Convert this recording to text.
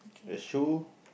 a shoe